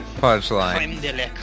punchline